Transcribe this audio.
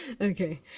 okay